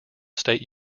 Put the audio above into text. state